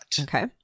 Okay